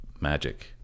magic